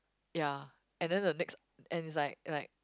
ya and then the next and it's like like